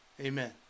Amen